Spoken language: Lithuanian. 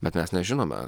bet mes nežinome